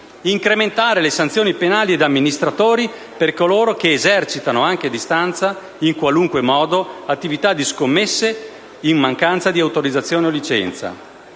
incrementare le sanzioni penali ed amministrative per coloro che esercitano, anche a distanza, in qualunque modo, attività di scommesse in mancanza di autorizzazione o licenza;